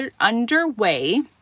underway